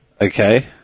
Okay